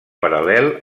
paral·lel